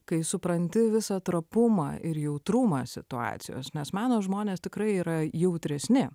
kai supranti visą trapumą ir jautrumą situacijos nes meno žmonės tikrai yra jautresni